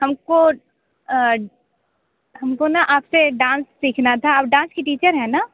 हमको हमको ना आप से डांस सीखना था आप डांस की टीचर है ना